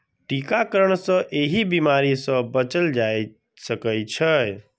टीकाकरण सं एहि बीमारी सं बचल जा सकै छै